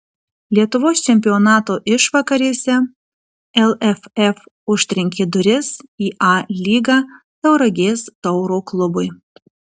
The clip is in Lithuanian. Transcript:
lietuvos čempionato išvakarėse lff užtrenkė duris į a lygą tauragės tauro klubui